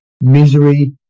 misery